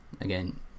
again